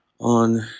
on